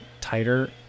tighter